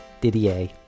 Didier